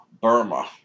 Burma